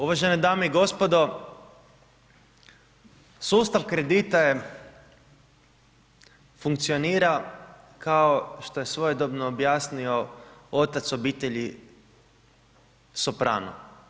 Uvažene dame i gospodo, sustav kredita je funkcionira kao što je svojedobno objasnio otac obitelji Soprano.